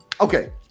Okay